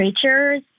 creatures